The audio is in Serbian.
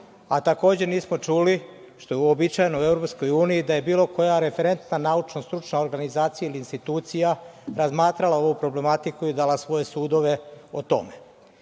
a takođe nismo čuli, što je uobičajeno u EU, da je bilo koja referentna naučna, stručna organizacija ili institucija razmatrala ovu problematiku i dala svoje sudove o tome. Na